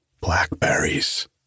blackberries